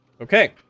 Okay